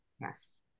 Yes